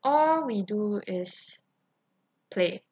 all we do is play